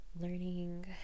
learning